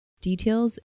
details